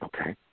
Okay